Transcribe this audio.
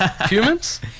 Humans